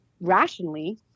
rationally